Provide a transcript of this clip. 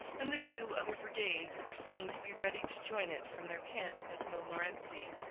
and the two other brigades were seen to be ready to join it from their camp at montmorency.